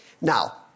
Now